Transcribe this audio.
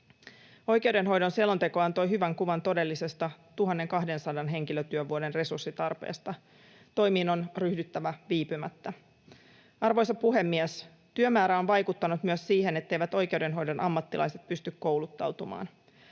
Oikeudenhoidon selonteko antoi hyvän kuvan todellisesta 1 200 henkilötyövuoden resurssitarpeesta. Toimiin on ryhdyttävä viipymättä. Arvoisa puhemies! Työmäärä on vaikuttanut myös siihen, etteivät oikeudenhoidon ammattilaiset pysty kouluttautumaan.